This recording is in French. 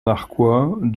narquois